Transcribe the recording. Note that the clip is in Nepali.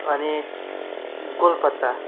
अनि गोल पत्ता